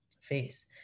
face